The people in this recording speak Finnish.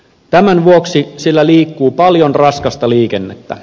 tämän vuoksi sillä liikkuu paljon raskasta liikennettä